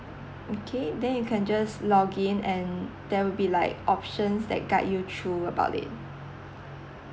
okay then you can just login and there will be like options that guide you through about it